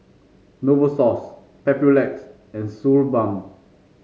Novosource Papulex and Suu Balm